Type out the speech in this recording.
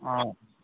অঁ